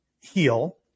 heal